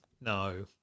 No